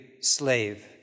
slave